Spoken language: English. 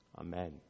Amen